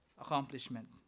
accomplishment